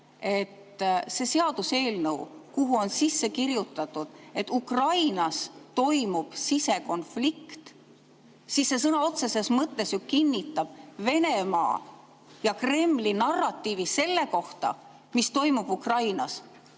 seaduseelnõu [kohta], kuhu on sisse kirjutatud, et Ukrainas toimub sisekonflikt, siis see sõna otseses mõttes ju kinnitab Venemaa ja Kremli narratiivi selle kohta, mis toimub Ukrainas.